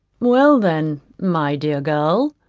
well then, my dear girl,